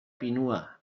pinua